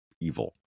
evil